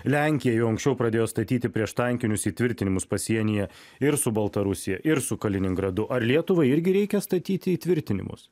lenkija jau anksčiau pradėjo statyti prieštankinius įtvirtinimus pasienyje ir su baltarusija ir su kaliningradu ar lietuvai irgi reikia statyti įtvirtinimus